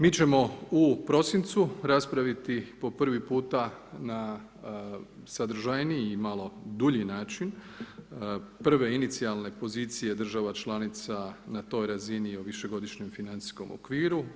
Mi ćemo u prosincu raspraviti po prvi puta na sadržajniji i malo dulji način prve inicijalne pozicije država članica na toj razini o višegodišnjoj financijskom okviru.